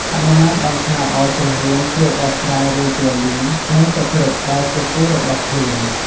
ហនុមានបានស្នើឱ្យព្រះរាមជួយដោះស្រាយរឿងពាលី និងសុគ្រីពដែលជាពូរបស់ខ្លួន។